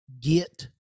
get